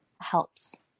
helps